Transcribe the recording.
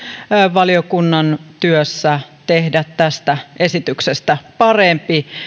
valiokunnan työssä tehdä tästä esityksestä parempi